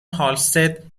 هالستد